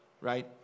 right